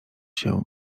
się